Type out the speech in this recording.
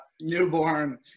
newborn